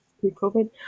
pre-COVID